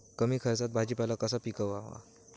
कमी खर्चात भाजीपाला कसा पिकवावा?